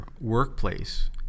workplace